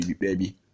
baby